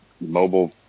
mobile